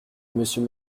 monsieur